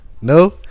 No